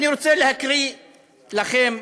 אני רוצה להקריא לכם,